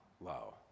low